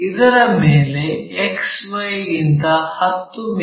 ಇದರ ಮೇಲೆ XY ಗಿಂತ 10 ಮಿ